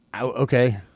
okay